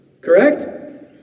Correct